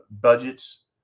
budgets